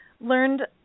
learned